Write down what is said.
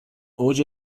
اوج